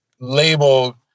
label